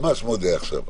ממש מודה לך.